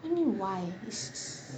why do you mean why it's so~